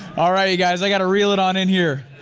alright, you guys, i gotta reel it on in here.